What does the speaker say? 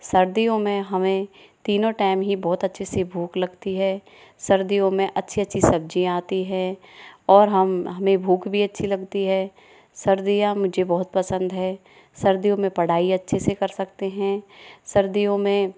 सर्दियों में हमें तीनों टाइम ही बहुत अच्छे से भूख लगती है सर्दियों में अच्छी अच्छी सब्जियाँ आती हैं और हम हमें भूख भी अच्छी लगती है सर्दियां मुझे बहुत पसंद है सर्दियों में पढ़ाई अच्छे से कर सकते हैं सर्दियों में